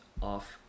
off